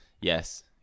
Yes